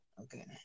okay